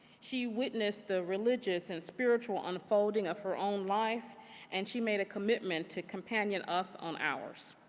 she witnessed the religious and spiritual unfolding of her own life and she made a commitment to companion us on ours,